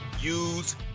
use